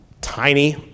tiny